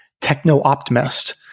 techno-optimist